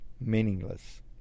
meaningless